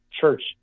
Church